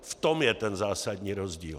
V tom je ten zásadní rozdíl.